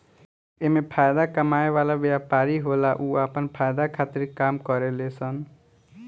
एमे फायदा कमाए वाला व्यापारी होला उ आपन फायदा खातिर काम करेले सन